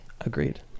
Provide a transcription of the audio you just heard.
agreed